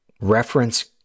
reference